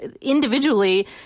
individually